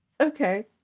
Okay